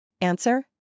Answer